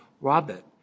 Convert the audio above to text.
Robert